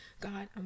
God